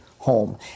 Home